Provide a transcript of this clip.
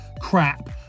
crap